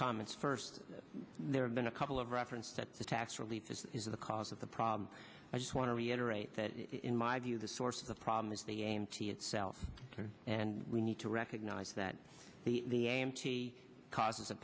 comments first there have been a couple of reference that the tax relief is the cause of the problem i just want to reiterate that in my view the source of the problem is the a m t itself and we need to recognize that the a m t causes a